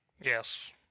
Yes